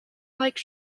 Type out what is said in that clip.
like